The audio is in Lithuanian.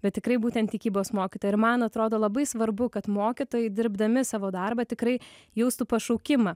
bet tikrai būtent tikybos mokytoja ir man atrodo labai svarbu kad mokytojai dirbdami savo darbą tikrai jaustų pašaukimą